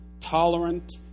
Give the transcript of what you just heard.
tolerant